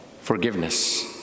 forgiveness